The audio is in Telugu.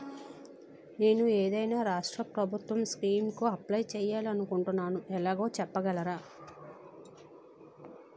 నేను ఏదైనా రాష్ట్రం ప్రభుత్వం స్కీం కు అప్లై చేయాలి అనుకుంటున్నా ఎలాగో చెప్పగలరా?